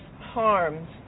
harms